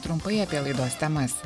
trumpai apie laidos temas